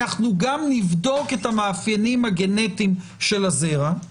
אנחנו גם נבדוק את המאפיינים הגנטיים של הזרע,